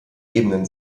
ebenen